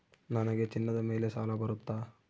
ನನಗೆ ಚಿನ್ನದ ಮೇಲೆ ಸಾಲ ಬರುತ್ತಾ?